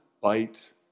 bite